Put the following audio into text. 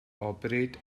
operate